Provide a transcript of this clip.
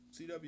CW